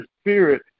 spirit